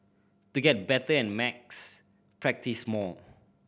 to get better at maths practise more